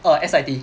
err S_I_T